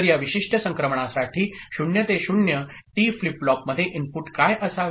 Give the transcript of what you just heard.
तर या विशिष्ट संक्रमणासाठी 0 ते 0 टी फ्लिप फ्लॉपमध्ये इनपुट काय असावे